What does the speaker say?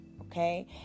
Okay